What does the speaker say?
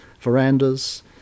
verandas